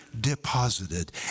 deposited